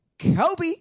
Kobe